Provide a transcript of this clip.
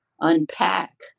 unpack